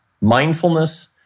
mindfulness